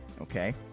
okay